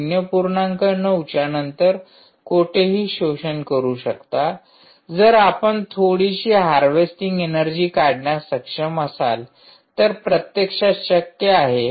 ९ च्या नंतर कोठेही शोषण करू शकता जर आपण थोडीशी हार्वेस्टिंग ऐनर्जी काढण्यास सक्षम असाल तर प्रत्यक्षात शक्य आहे